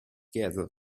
together